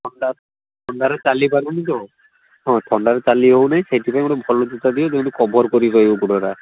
ଥଣ୍ଡା ଥଣ୍ଡାରେ ଚାଲିପାରୁନି ତ ହଁ ଥଣ୍ଡାରେ ଚାଲି ହେଉ ନାହିଁ ସେଇଥିପାଇଁ ଗୋଟେ ଭଲ ଜୋତା ଦିଅ ଯେମିତି କଭର୍ କରିକି ରହିବ ଗୋଡ଼ଟା